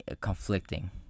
conflicting